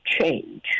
change